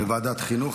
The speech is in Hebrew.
לוועדת חינוך.